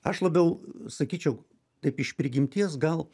aš labiau sakyčiau taip iš prigimties gal